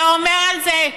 ואומר על זה,